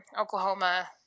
Oklahoma